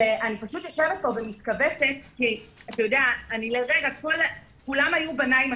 אני יושבת פה ומתכווצת כי כולם היו בניי,